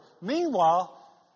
Meanwhile